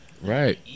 right